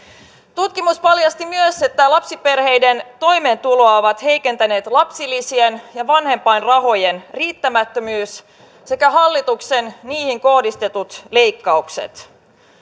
tutkimus paljasti myös että lapsiperheiden toimeentuloa ovat heikentäneet lapsilisien ja vanhempainrahojen riittämättömyys sekä hallituksen niihin kohdistamat leikkaukset